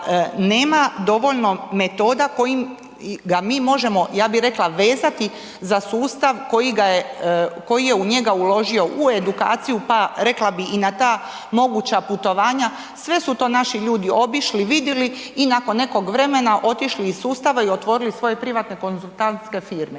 nema dovoljno metoda kojim ga mi možemo, ja bi rekla, vezati za sustav koji je u njega uložio u edukaciju, pa rekla bi i na ta moguća putovanja, sve su to naši ljudi obišli, vidjeli i nakon nekog vremena otišli iz sustava i otvorili svoje privatne konzultantske firme